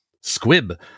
squib